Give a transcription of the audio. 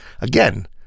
again